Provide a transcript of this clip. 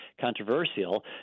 controversial